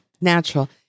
natural